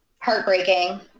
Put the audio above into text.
heartbreaking